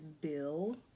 bill